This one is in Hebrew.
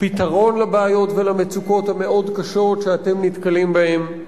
פתרון לבעיות ולמצוקות המאוד-קשות שאתם נתקלים בהן.